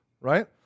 right